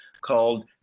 called